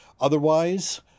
otherwise